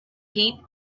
heap